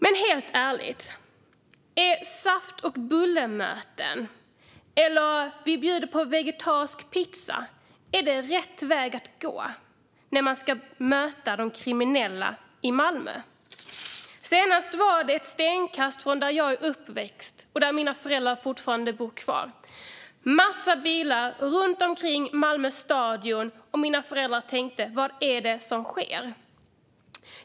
Men helt ärligt, är möten med saft och bullar eller att man bjuder på vegetarisk pizza rätt väg att gå när man ska möta de kriminella i Malmö? Senast var det, ett stenkast från där jag är uppväxt och där mina föräldrar fortfarande bor kvar, massor av bilar runt Stadion i Malmö. Mina föräldrar undrade vad det var som skedde.